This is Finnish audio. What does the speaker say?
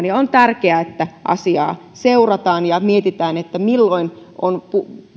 ja on tärkeää että asiaa seurataan ja mietitään milloin on